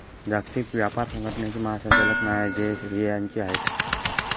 जागतिक व्यापार संघटनेचे महासंचालक नायजेरियाचे आहेत